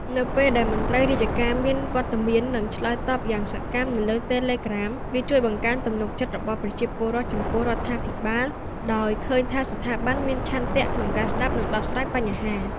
នៅពេលដែលមន្ត្រីរាជការមានវត្តមាន និងឆ្លើយតបយ៉ាងសកម្មនៅលើ Telegram វាជួយ បង្កើនទំនុកចិត្ត របស់ប្រជាពលរដ្ឋចំពោះរដ្ឋាភិបាល ដោយឃើញថាស្ថាប័នមានឆន្ទៈក្នុងការស្ដាប់ និងដោះស្រាយបញ្ហា។